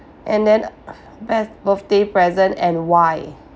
and then best birthday present and why